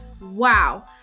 wow